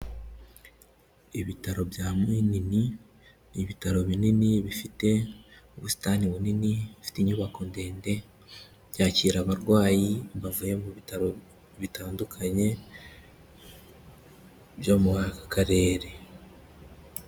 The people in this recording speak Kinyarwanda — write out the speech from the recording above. Ibitaro bya Munini ni ibitaro binini bifite ubusitani bunini, bifite inyubako ndende byakira abarwayi bavuye mu bitaro bitandukanye byo muri aka Karere.